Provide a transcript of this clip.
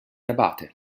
abate